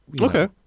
Okay